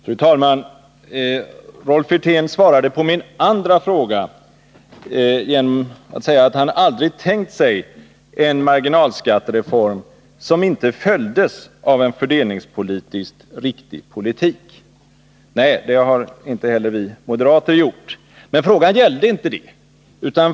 Fru talman! Rolf Wirtén svarade på min andra fråga att han aldrig tänkt sig en marginalskattereform som inte skulle följas av en fördelningspolitiskt riktig politik. Nej, det har inte heller vi moderater gjort. Men frågan gällde inte detta.